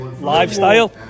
lifestyle